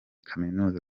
kaminuza